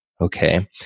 okay